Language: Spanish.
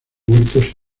muertos